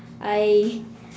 I